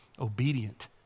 obedient